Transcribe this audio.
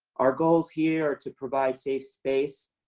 our goals here are to provide safe space,